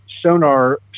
sonar